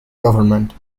government